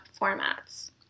formats